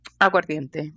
Aguardiente